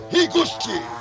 Higuchi